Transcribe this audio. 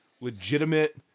legitimate